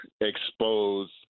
expose